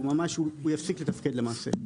אז הכביש יפסיק לתפקד למעשה.